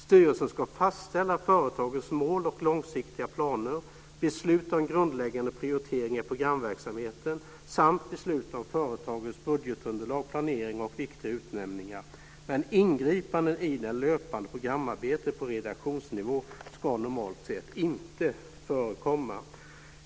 Styrelsen ska fastställa företagets mål och långsiktiga planer, besluta om grundläggande prioriteringar i programverksamheten samt besluta om företagets budgetunderlag, planering och viktiga utnämningar. Men ingripanden i det löpande programarbetet på redaktionsnivå ska normalt sett inte förekomma.